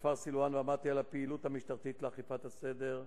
אתמול ביקרתי בכפר סילואן ועמדתי על הפעילות המשטרתית לאכיפת הסדר.